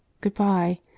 good-bye